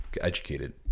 educated